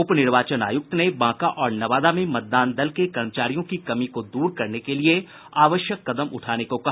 उप निर्वाचन आयुक्त ने बांका और नवादा में मतदान दल के कर्मचारियों की कमी को दूर करने के लिये आवश्यक कदम उठाने को कहा